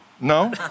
No